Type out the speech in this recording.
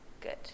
good